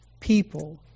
people